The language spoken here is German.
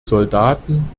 soldaten